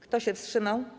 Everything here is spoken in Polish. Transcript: Kto się wstrzymał?